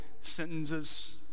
sentences